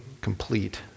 complete